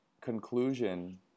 conclusion